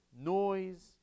noise